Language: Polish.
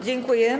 Dziękuję.